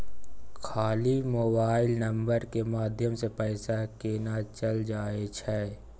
खाली mobile number के माध्यम से पैसा केना चल जायछै?